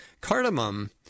Cardamom